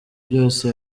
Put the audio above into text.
byose